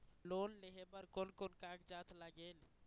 Loan लेहे बर कोन कोन कागजात लागेल?